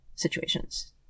situations